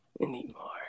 anymore